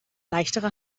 leichtere